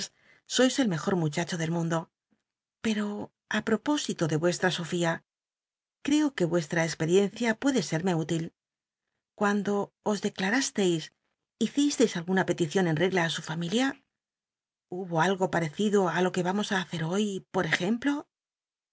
sois el mejor muchacho del mundo peo á propósito de uestra sofía creo que mestra cxpeiencia puede serme út il cuando os decl misleis hicisteis una pelicion en regla t su familia hubo algo parecido á lo que vamos á hacer hoy por ejemplo